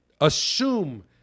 Assume